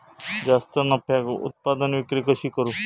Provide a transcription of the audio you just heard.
जास्त नफ्याक उत्पादन विक्री कशी करू?